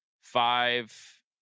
five